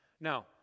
Now